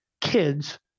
kids